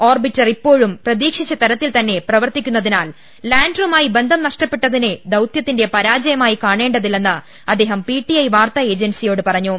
orbiter ഇപ്പോഴും പ്രതീക്ഷിച്ച തരത്തിൽ തന്നെ പ്രവർത്തിക്കുന്നതിനാൽ ലാൻറുമായി ബന്ധം നഷ്ടപ്പെട്ട തിനെ ദൌതൃത്തിന്റെ പരാജയമായി കാണേണ്ടതില്ലെന്ന് അദ്ദേഹം പിടിഐ വാർത്താ ഏജൻസിയോട് പറഞ്ഞു